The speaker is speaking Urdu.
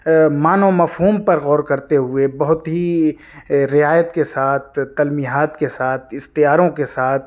معنی و مفہوم پر غور کرتے ہوئے بہت ہی رعایت کے ساتھ تلمیحات کے ساتھ استعاروں کے ساتھ